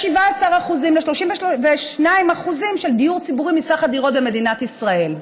שדיור ציבורי יהיה בין 17% ל-32% מסך הדירות במדינת ישראל.